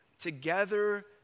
together